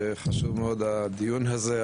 חשוב מאוד הדיון הזה,